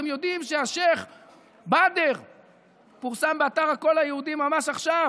אתם יודעים שפורסם באתר הקול היהודי ממש עכשיו